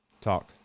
Talk